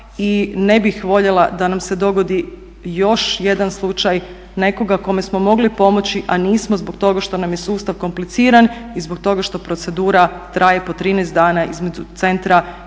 i ne bih voljela da nam se dogodi još jedan slučaj nekoga kome smo mogli pomoći, a nismo zbog toga što nam je sustav kompliciran i zbog toga što procedura traje po 13 dana između centra